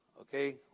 Okay